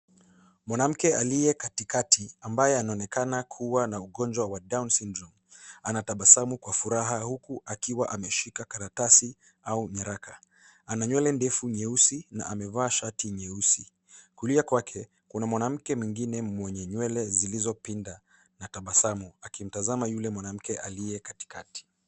Mwanamke aliye katikati, ambaye anaonekana kuwa na ugonjwa wa Down syndrome , anatabasamu kwa furaha huku akiwa ameshika karatasi au nyaraka. Ana nywele ndefu nyeusi na amevaa shati nyeusi. Kulia kwake, kuna mwanamke mwingine mwenye nywele zilizopinda na tabasamu, akimtazama yule mwanamke aliye katikati.